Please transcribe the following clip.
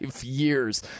years